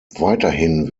weiterhin